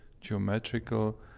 geometrical